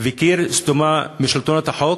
וקיר סתום משלטונות החוק,